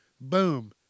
Boom